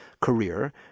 career